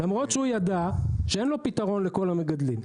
למרות שהוא ידע שאין לו פתרון לכל המגדלים.